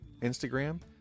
Instagram